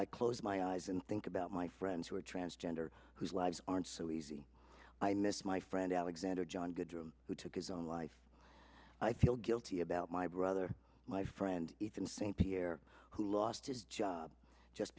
i close my eyes and think about my friends who are transgender whose lives aren't so easy i miss my friend alexander john goodrem who took his own life i feel guilty about my brother my friend ethan st pierre who lost his job just